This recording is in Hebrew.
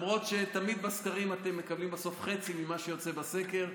למרות שתמיד בסקרים אתם מקבלים בסוף חצי ממה שיוצא בסקר,